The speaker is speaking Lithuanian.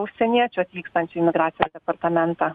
užsieniečių atvykstančių į migracijos departamentą